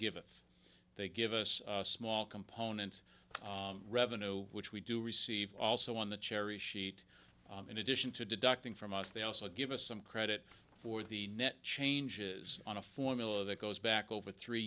us they give us small components revenue which we do receive also on the cherry sheet in addition to deducting from us they also give us some credit for the net changes on a formula that goes back over three